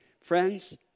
Friends